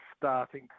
starting